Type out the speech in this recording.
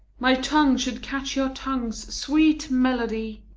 my tongue should catch your tongue's sweet melody.